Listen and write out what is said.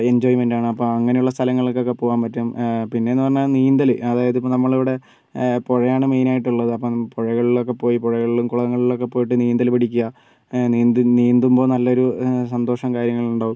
enjoyment ആണ് അപ്പോൾ അങ്ങനെ ഉള്ള സ്ഥലങ്ങളിലൊക്കെ പോകാൻ പറ്റും പിന്നെ എന്ന് പറഞ്ഞാൽ നീന്തൽ അതായത് നമ്മളിവിടെ ഇവിടെ പുഴയാണ് മെയിൻ ആയിട്ട് ഉള്ളത് അപ്പം പുഴകളിലൊക്കെ പോയി പുഴകളിലും കുളങ്ങളിലൊക്കെ പോയിട്ട് നീന്തൽ പഠിക്കുക നീന്ത് നീന്തുമ്പോൾ നല്ലൊരു സന്തോഷം കാര്യങ്ങളും ഉണ്ടാവും